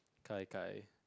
gai-gai